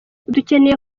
dukeneye